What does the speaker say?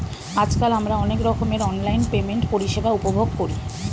আজকাল আমরা অনেক রকমের অনলাইন পেমেন্ট পরিষেবা উপভোগ করি